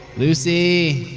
lucy!